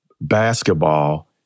basketball